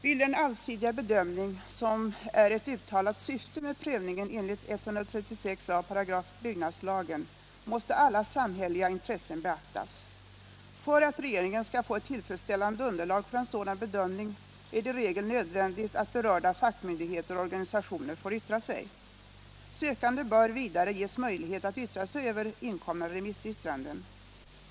Vid den allsidiga bedömning som är ett uttalat syfte med prövningen enligt 136 a § byggnadslagen måste olika samhälleliga intressen beaktas. För att regeringen skall få ett tillfredsställande underlag för en sådan bedömning är det i regel nödvändigt att berörda fackmyndigheter och 61 organisationer får yttra sig. Sökanden bör vidare ges möjlighet att yttra sig över inkomna remissyttranden.